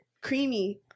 creamy